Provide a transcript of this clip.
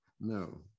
No